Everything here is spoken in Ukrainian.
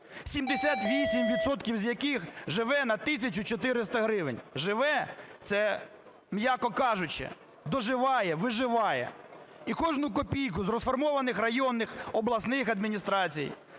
з яких живе на 1 тисячу 400 гривень, живе – це м'яко кажучи, доживає, виживає. І кожну копійку з розформованих районних, обласних адміністрацій,